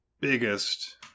biggest